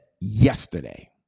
yesterday